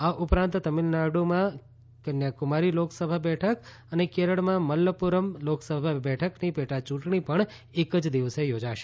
આ ઉપરાંત તમિળનાડુમાં કન્યાકુમારી લોકસભા બેઠક અને કેરળમાં મલપ્પુરમ લોકસભા બેઠકની પેટાચુંટણી પણ એક જ દિવસે યોજાશે